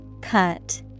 Cut